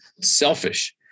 selfish